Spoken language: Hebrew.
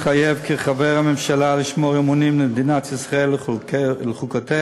מתחייב כחבר הממשלה לשמור אמונים למדינת ישראל ולחוקיה,